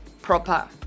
proper